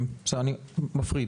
אני מפריד,